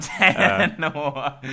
No